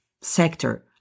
sector